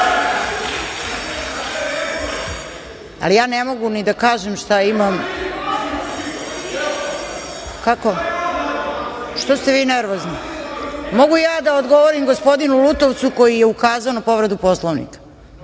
ne mogu ni da kažem šta imam. Što ste vi nervozni? Mogu ja da odgovorim gospodinu Lutovcu koji je ukazao na povredu Poslovnika?